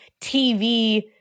TV